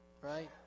Right